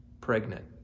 pregnant